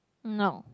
no